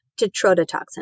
tetrodotoxin